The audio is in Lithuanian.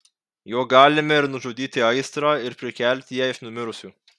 juo galime ir nužudyti aistrą ir prikelti ją iš numirusių